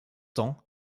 temps